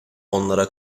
onlara